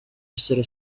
essere